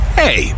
hey